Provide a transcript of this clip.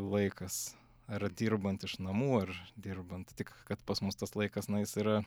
laikas ar dirbant iš namų ar dirbant tik kad pas mus tas laikas na jis yra